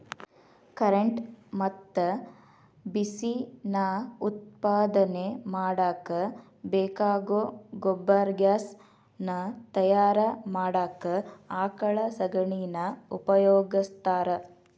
current ಮತ್ತ ಬಿಸಿ ನಾ ಉತ್ಪಾದನೆ ಮಾಡಾಕ ಬೇಕಾಗೋ ಗೊಬರ್ಗ್ಯಾಸ್ ನಾ ತಯಾರ ಮಾಡಾಕ ಆಕಳ ಶಗಣಿನಾ ಉಪಯೋಗಸ್ತಾರ